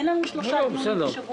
אין לנו שלושה דיונים בשבוע,